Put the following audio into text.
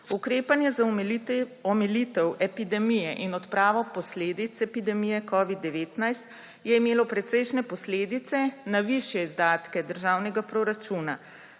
Ukrepanje za omilitev epidemije in odpravo posledic epidemije covida-19 je imelo precejšnje posledice na višje izdatke državnega proračuna.